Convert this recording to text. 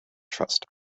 trust